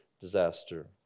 disaster